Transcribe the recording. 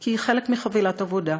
כי היא חלק מחבילת עבודה.